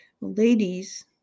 Ladies